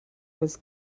was